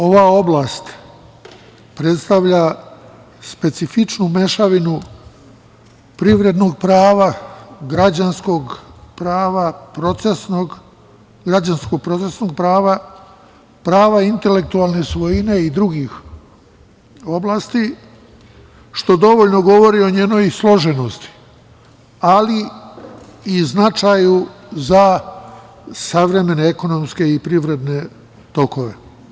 Ova oblast predstavlja specifičnu mešavinu privrednog prava, građanskog prava, građansko-procesnog prava, prava intelektualne svojine i drugih oblasti, što dovoljno govori o njenoj složenosti, ali i značaju za savremene ekonomske i privredne tokove.